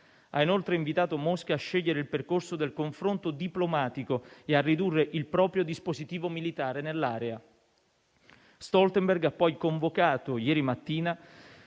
Ha inoltre invitato Mosca a scegliere il percorso del confronto diplomatico e a ridurre il proprio dispositivo militare nell'area. Stoltenberg ha poi convocato, ieri mattina,